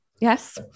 Yes